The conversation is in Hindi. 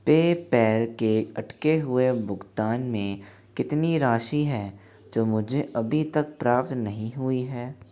पेपैल के अटके हुए भुगतान में कितनी राशि है जो मुझे अभी तक प्राप्त नहीं हुई है